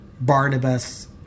Barnabas